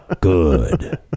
good